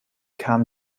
kam